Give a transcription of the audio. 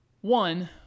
One